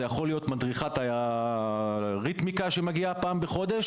זה יכול להיות מדריכת הריתמיקה שמגיעה פעם בחודש